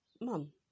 mom